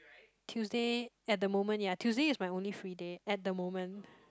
Tuesday at the moment ya Tuesday is my only free day at the moment